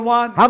one